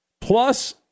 Plus